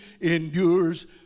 endures